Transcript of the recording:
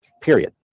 Period